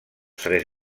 tres